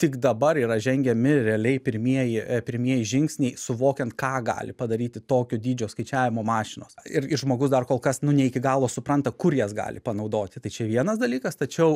tik dabar yra žengiami realiai pirmieji pirmieji žingsniai suvokiant ką gali padaryti tokio dydžio skaičiavimo mašinos ir ir žmogus dar kol kas nu ne iki galo supranta kur jas gali panaudoti tai čia vienas dalykas tačiau